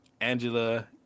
Angela